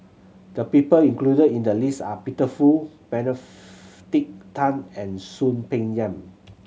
the people included in the list are Peter Fu Tan and Soon Peng Yam